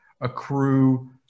accrue